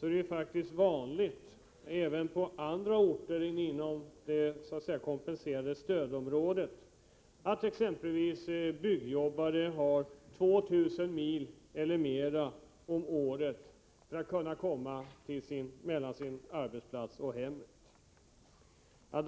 upptäcker man att det är vanligt även på andra orter än de inom det s.k. kompenserade stödområdet att exempelvis byggjobbare kör 2 000 mil eller mer per år mellan sin arbetsplats och hemmet.